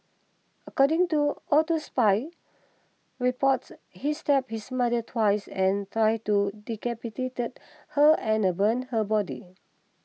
according to autopsy reports he stabbed his mother twice and tried to decapitated her and the burn her body